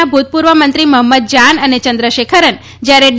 ના ભુતપૂર્વ મંત્રી મહંમદ જાન અને ચંદ્રશેખરન જ્યારે ડી